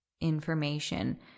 information